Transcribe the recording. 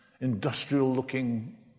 industrial-looking